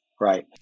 right